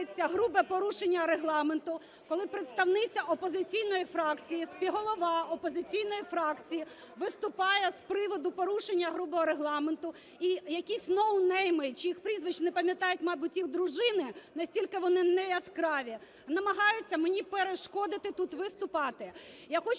грубе порушення Регламенту, коли представниця опозиційної фракції, співголова опозиційної фракції, виступає з приводу порушення грубого Регламенту і якісь ноунейми, чиїх прізвищ не пам'ятають, мабуть, їх дружини, настільки вони не яскраві, намагаються мені перешкодити тут виступати. Я хочу